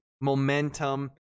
momentum